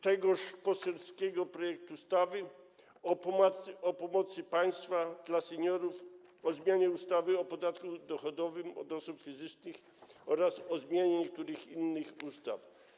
tegoż poselskiego projektu ustawy o pomocy państwa dla seniorów, o zmianie ustawy o podatku dochodowym od osób fizycznych oraz o zmianie niektórych innych ustaw.